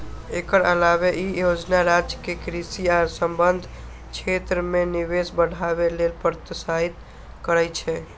एकर अलावे ई योजना राज्य कें कृषि आ संबद्ध क्षेत्र मे निवेश बढ़ावे लेल प्रोत्साहित करै छै